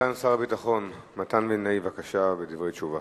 סגן שר הביטחון מתן וילנאי, בבקשה, דברי תשובה.